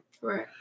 Right